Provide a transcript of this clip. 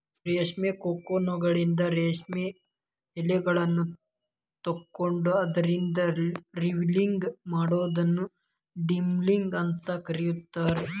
ರೇಷ್ಮಿ ಕೋಕೂನ್ಗಳಿಂದ ರೇಷ್ಮೆ ಯಳಿಗಳನ್ನ ತಕ್ಕೊಂಡು ಅದ್ರಿಂದ ರೇಲಿಂಗ್ ಮಾಡೋದನ್ನ ಡಿಗಮ್ಮಿಂಗ್ ಅಂತ ಕರೇತಾರ